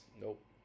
Nope